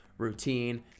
routine